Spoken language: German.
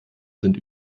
sind